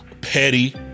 petty